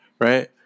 right